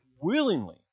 willingly